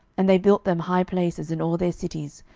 and they built them high places in all their cities,